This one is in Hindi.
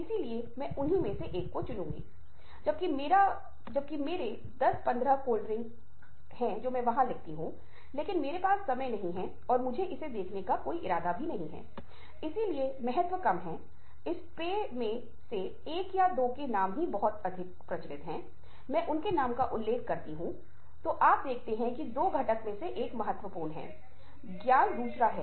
इसके अंत में वह घोड़े को संभालने के लिए उसे भोजन देने के लिएउसका पोषण करने के लिए घोड़े के पास जाता है और फिर वह घोड़े से बात करना शुरू करता है और जैसे ही वह घोड़े से बात करना शुरू करता है वह उसे सब बताता है फिर वह अपने बेटे की मौत की कहानी घोड़े को सुनाता है इस तरह कहानी समाप्त होती है